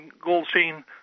Goldstein